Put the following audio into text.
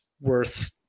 worth